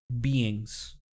beings